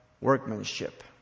Workmanship